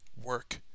work